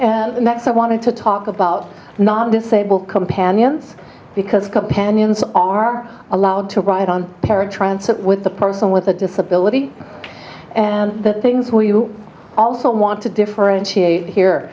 hop next i want to talk about non disabled companions because companions are allowed to ride on paratransit with the person with a disability and the things where you also want to differentiate here